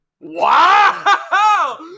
Wow